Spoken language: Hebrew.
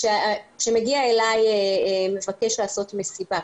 כאשר מגיע אלי מבקש לעשות מסיבה,